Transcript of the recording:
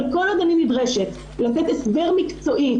אבל כל עוד אני נדרשת לתת הסבר מקצועי,